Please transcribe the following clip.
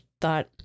thought